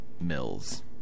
Mills